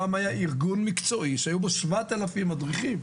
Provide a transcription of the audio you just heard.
פעם היה ארגון מקצועי שהיו בו 7,000 מדריכים.